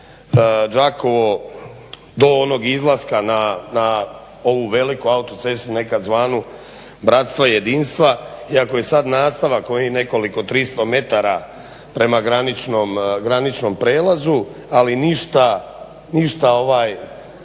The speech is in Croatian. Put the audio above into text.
Đakovo do onog izlaska do velike autoceste nekad zvanu bratstva i jedinstva, iako je sada nastavak ovih nekoliko 300m prema graničnom prijelazu ali ništa da